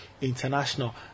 international